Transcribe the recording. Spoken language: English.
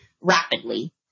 rapidly